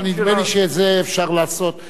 אבל נדמה לי שאת זה אפשר לעשות,